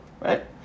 Right